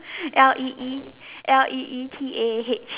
L E E L E E T A H